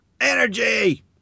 Energy